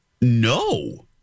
no